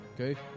Okay